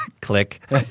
Click